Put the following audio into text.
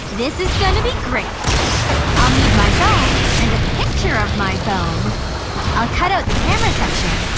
this is gonna be great i'll need my phone and a picture of my phone i'll cut out the camera section.